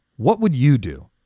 what would you do?